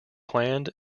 planned